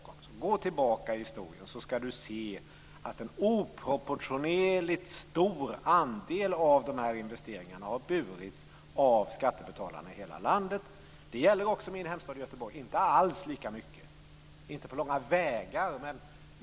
Om Fredrik Reinfeldt går tillbaka i historien så ska han se att en oproportionerligt stor andel av dessa investeringar har burits av skattebetalarna i hela landet. Det gäller också min hemstad Göteborg, men inte på långa vägar lika mycket.